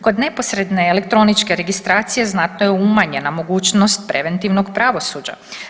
Kod neposredne elektroničke registracije znatno je umanjena mogućnost preventivnog pravosuđa.